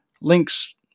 Links